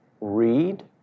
read